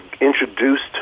introduced